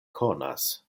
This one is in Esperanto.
konas